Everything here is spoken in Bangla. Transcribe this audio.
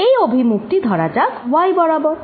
এই অভিমুখ টি ধরা যাক y বরাবর